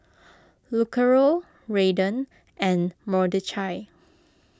Lucero Raiden and Mordechai